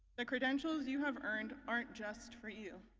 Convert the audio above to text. the credentials you have earned aren't just for you,